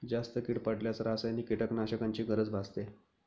जास्त कीड पडल्यास रासायनिक कीटकनाशकांची गरज भासते